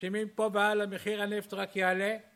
שמפה והלאה, מחיר הנפט רק יעלה